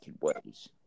ways